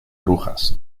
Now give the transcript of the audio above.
brujas